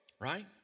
right